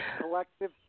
collective